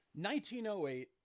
1908